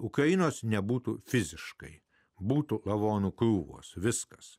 ukrainos nebūtų fiziškai būtų lavonų krūvos viskas